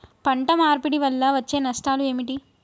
పంట మార్పిడి వల్ల వచ్చే నష్టాలు ఏమిటి?